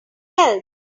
else